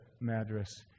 Madras